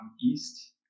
east